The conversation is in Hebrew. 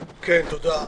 תודה.